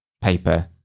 paper